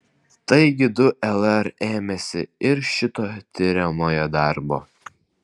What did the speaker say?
taigi du lr ėmėsi ir šito tiriamojo darbo